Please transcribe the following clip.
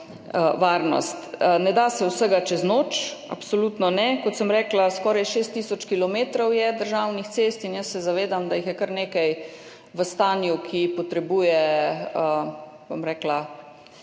Ne da se vsega čez noč, absolutno ne. Kot sem rekla, skoraj 6 tisoč kilometrov je državnih cest in jaz se zavedam, da jih je kar nekaj v stanju, ki potrebuje